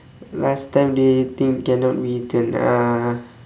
last time they think cannot be eaten uh